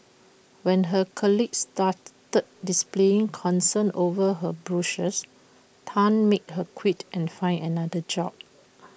when her colleagues started displaying concern over her Bruises Tan made her quit and find another job